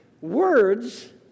Words